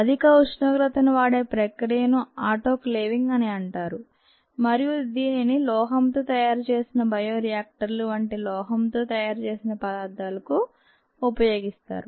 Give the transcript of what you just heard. అధిక ఉష్ణోగ్రతను వాడే ప్రక్రియను ఆటోక్లోవింగ్ అని అంటారు మరియు దీనిని లోహంతో తయారు చేసిన బయో రియాక్టర్లు వంటి లోహంతో తయారు చేసిన పదార్థాలకు ఉపయోగిస్తారు